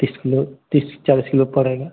तीस किलो तीस चालीस किलो पड़ेगा